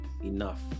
enough